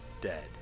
dead